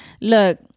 Look